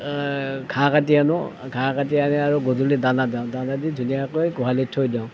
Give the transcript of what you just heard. ঘাঁহ কাটি আনো ঘাঁহ কাটি আনি আৰু গধূলি দানা দিওঁ দানা দি ধুনীয়াকৈ গোহালিত থৈ দিওঁ